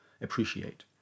appreciate